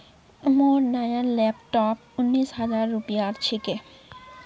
मोर नया लैपटॉप उन्नीस हजार रूपयार छिके